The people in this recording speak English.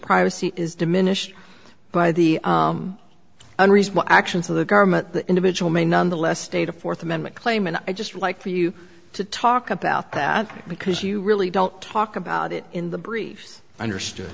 privacy is diminished by the unreasonable actions of the government the individual may nonetheless state a fourth amendment claim and i just like for you to talk about that because you really don't talk about it in the briefs understood